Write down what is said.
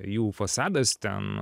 jų fasadas ten